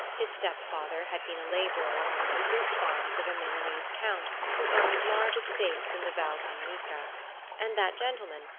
his step-father had been a laborer on one of the fruit-farms of a milanese count who owned large estates in the val camonica and that gentleman,